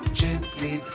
gently